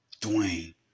Dwayne